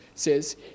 says